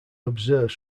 observes